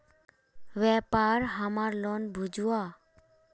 व्यापार हमार लोन भेजुआ?